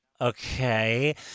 Okay